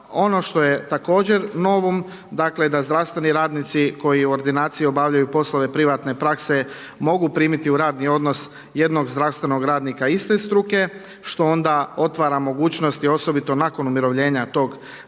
Ono što je također novo, dakle, da zdravstveni radnici koji u ordinaciji obavljaju poslove privatne prakse mogu primiti u radni odnos jednog zdravstvenog radnika iste struke, što onda otvara mogućnost osobito nakon umirovljenja tog